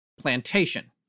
plantation